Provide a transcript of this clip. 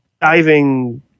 diving